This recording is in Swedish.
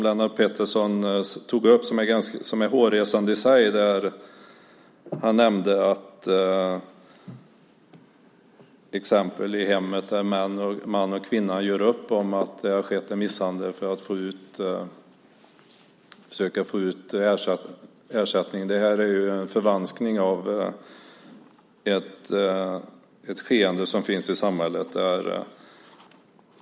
Lennart Pettersson nämnde ett exempel, som är hårresande i sig, där en man och en kvinna i hemmet gör upp om att det har skett en misshandel för att försöka få ut ersättning. Det är en förvanskning av ett skeende som finns i samhället.